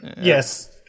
Yes